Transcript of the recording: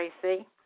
Tracy